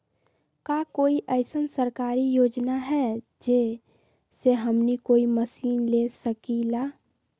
का कोई अइसन सरकारी योजना है जै से हमनी कोई मशीन ले सकीं ला?